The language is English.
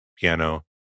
piano